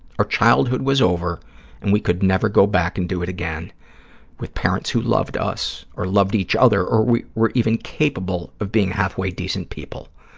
our childhood was over and we could never go back and do it again with parents who loved us or loved each other or were even capable of being halfway decent people.